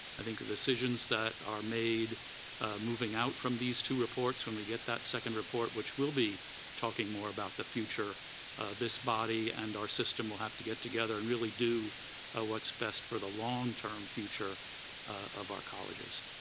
i think the decisions that are made moving out from these two report when is we get that second report which will be talking more about the future this body and our system will have to get together and really do what is best for the long-term future of our colleges.